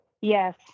Yes